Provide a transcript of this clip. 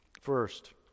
First